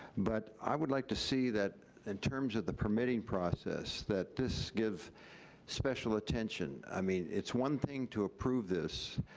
but i would like to see that in terms of the permitting process that this give special attention. i mean. it's one thing to approve this,